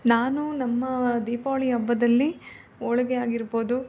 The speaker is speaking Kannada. ನಾನು ನಮ್ಮ ದೀಪಾವಳಿ ಹಬ್ಬದಲ್ಲಿ ಹೋಳಿಗೆ ಆಗಿರ್ಬೋದು